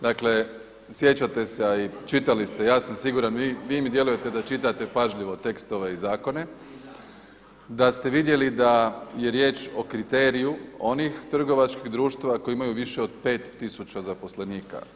Dakle sjećate se, a i čitali ste, ja sam siguran vi mi djelujete da čitate pažljivo tekstove i zakone, da ste vidjeli da je riječ o kriteriju onih trgovačkih društava koji imaju više od pet tisuća zaposlenika.